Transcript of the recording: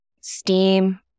STEAM